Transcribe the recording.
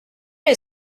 est